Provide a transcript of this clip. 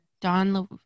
Don